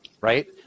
Right